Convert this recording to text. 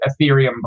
Ethereum